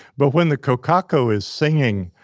but when the kokako is singing,